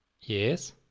Yes